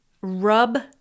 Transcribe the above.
rub